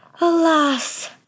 Alas